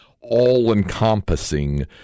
all-encompassing